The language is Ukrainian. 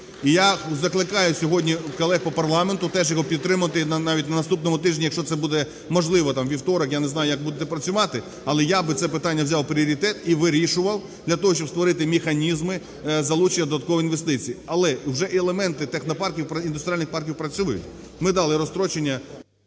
я закликаю сьогодні колег по парламенту теж його підтримати навіть на наступному тижні, якщо це буде можливо там у вівторок, я не знаю як будете працювати. Але я би це питання взяв у пріоритет і вирішував для того, щоб створити механізми залучення додаткових інвестицій. Але вже елементи технопарків, індустріальних парків працюють. Ми дали розстрочення...